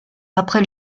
après